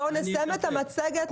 בואו נסיים את המצגת,